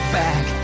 back